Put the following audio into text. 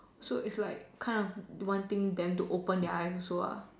so it's like kind of wanting them to open their eyes also ah